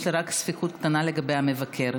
יש לי רק ספק קטן לגבי המבקר.